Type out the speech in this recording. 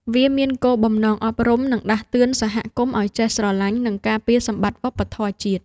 វាមានគោលបំណងអប់រំ និងដាស់តឿនសហគមន៍ឱ្យចេះស្រឡាញ់ និងការពារសម្បត្តិវប្បធម៌ជាតិ។